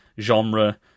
genre